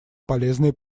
полезные